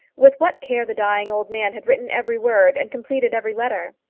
with what care the dying old man had written every word and completed every letter!